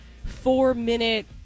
four-minute